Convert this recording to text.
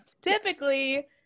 Typically